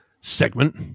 segment